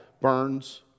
burns